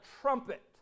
trumpet